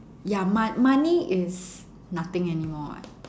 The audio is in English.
ya m~ money is nothing anymore [what]